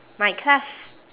my class